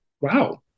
Wow